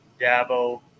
Dabo